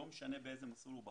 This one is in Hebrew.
לא משנה באיזה מסלול הוא בחר,